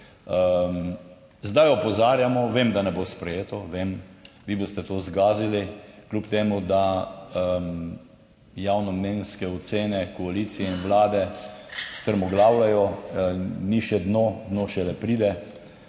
Zdaj opozarjamo, vem, da ne bo sprejeto, vem, vi boste to zgazili, kljub temu, da javnomnenjske ocene koalicije in vlade strmoglavljajo; ni še dno, dno šele pride.